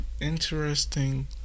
interesting